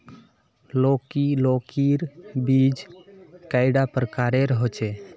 लौकी लौकीर बीज कैडा प्रकारेर होचे?